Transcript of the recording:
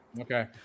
Okay